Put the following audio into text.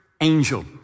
angel